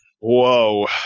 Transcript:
Whoa